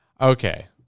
Okay